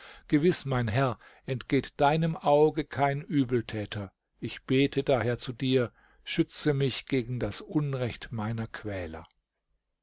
gewiß mein herr entgeht deinem auge kein übeltäter ich bete daher zu dir schütze mich gegen das unrecht meiner quäler